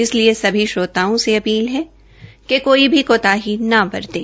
इसलिए सभी श्रोताओं से अपील है कि कोई भी कोताही न बरतें